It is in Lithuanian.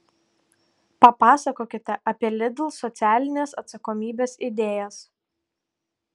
papasakokite apie lidl socialinės atsakomybės idėjas